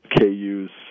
KU's